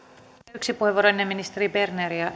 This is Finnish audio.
yksi puheenvuoro ennen ministeri berneriä